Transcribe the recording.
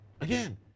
Again